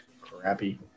Crappy